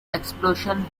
explosion